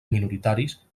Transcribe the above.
minoritaris